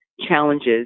challenges